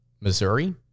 Missouri